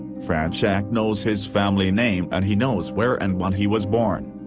fronczak knows his family name and he knows where and when he was born.